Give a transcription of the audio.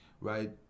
right